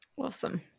Awesome